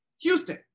Houston